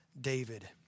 David